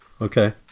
Okay